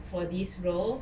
for this role